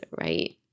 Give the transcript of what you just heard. right